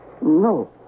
No